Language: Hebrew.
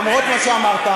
למרות מה שאמרת,